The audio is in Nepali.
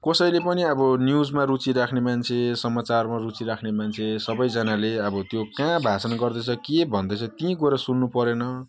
कसैले पनि अब न्युजमा रुचि राख्ने मान्छे समचारमा रुचि राख्ने मान्छे सबजनाले अब त्यो कहाँ भाषण गर्दैछ के भन्दैछ त्यहीँ गएर सुन्नु परेन